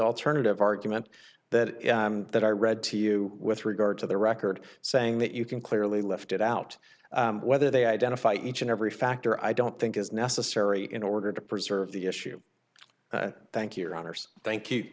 alternative argument that that i read to you with regard to the record saying that you can clearly left it out whether they identify each and every factor i don't think is necessary in order to preserve the issue thank you runners thank you